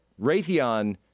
Raytheon